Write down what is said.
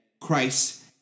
Christ